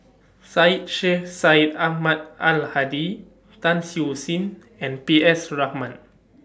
Syed Sheikh Syed Ahmad Al Hadi Tan Siew Sin and P S Raman